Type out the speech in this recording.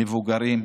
מבוגרים.